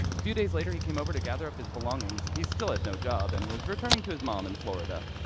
a few days later, he came over to gather up his belongings. he still had no job and was returning to his mom in florida.